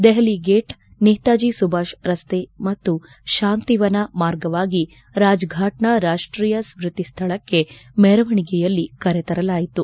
Delhi gate Netaji Subhash ರಸ್ತೆ ಮತ್ತು ಶಾಂತಿವನ ಮಾರ್ಗವಾಗಿ ರಾಜ್ಫಾಟ್ನ ರಾಷ್ಷೀಯ ಸ್ಮೃತಿ ಸ್ವಳಕ್ಕೆ ಮೆರವಣಿಗೆಯಲ್ಲಿ ಕರೆತರಲಾಯಿತು